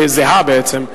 זהה בעצם,